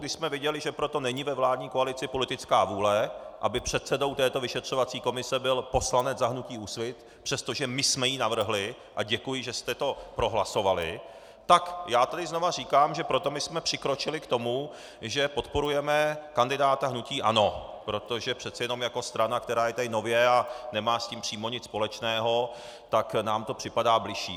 Když jsme viděli, že pro to není ve vládní koalici politická vůle, aby předsedou této vyšetřovací komise byl poslanec za hnutí Úsvit, přestože my jsme ji navrhli a děkuji, že jste to prohlasovali tak já znovu říkám, že proto my jsme přikročili k tomu, že podporujeme kandidáta hnutí ANO, protože přece jenom jako strana, která je tady nově a nemá s tím přímo nic společného, tak nám to připadá bližší.